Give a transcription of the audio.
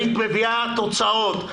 היית מביאה תוצאות.